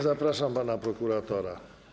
Zapraszam pana prokuratora.